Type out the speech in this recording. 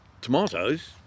tomatoes